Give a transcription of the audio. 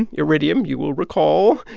and iridium, you will recall,